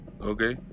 Okay